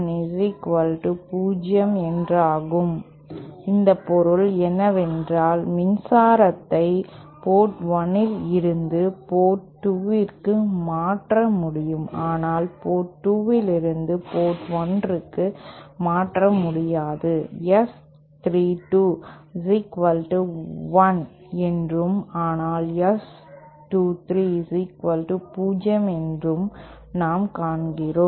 இதன் பொருள் என்னவென்றால் மின்சாரத்தை போர்ட் 1 இலிருந்து போர்ட் 2 க்கு மாற்ற முடியும் ஆனால் போர்ட் 2 இலிருந்து போர்ட் 1 க்கு மாற்ற முடியாது S 32 1 என்றும் ஆனால் S 23 0 என்றும் நாம் காண்கிறோம்